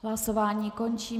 Hlasování končím.